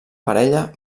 parella